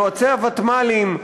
יועצי הוותמ"לים,